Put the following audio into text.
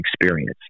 experience